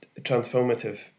transformative